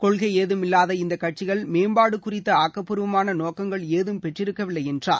கொள்கை ஏதும் இல்லாத இந்த கட்சிகள் மேம்பாடு குறித்த ஆக்கப்பூர்வமான நோக்கங்கள் ஏதும் பெற்றிருக்கவில்லை என்றார்